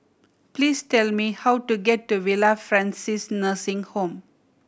please tell me how to get to Villa Francis Nursing Home